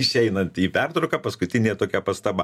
išeinant į pertrauką paskutinė tokia pastaba